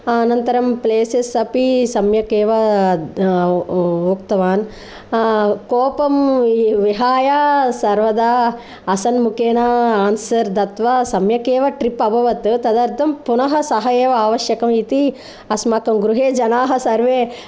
अनन्तरं प्लेसस् अपि सम्यक् एव उक्तवान् कोपं विहाय सर्वदा असन्मुखेन आन्सर् दत्वा सम्यगेव ट्रिप् अभवत् तदर्थं पुनः स एव आवश्यकम् इति अस्माकं गृहे जनाः सर्वे